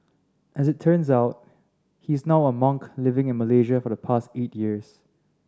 as it turns out he is now a monk living in Malaysia for the past eight years